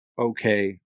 okay